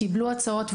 קיבלו הצעות,